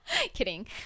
kidding